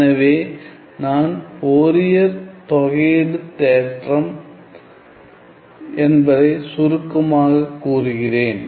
எனவே நான் ஃபோரியர் தொகை தேற்றம் என்பதை சுருக்கமாக கூறுகிறேன்